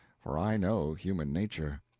for i know human nature.